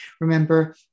remember